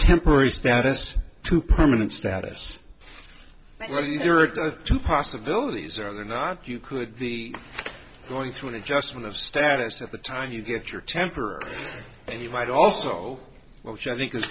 temporary status to permanent status but really there are two possibilities are there not you could be going through an adjustment of status at the time you get your temper and you might also welch i think i